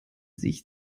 sich